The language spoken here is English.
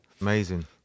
Amazing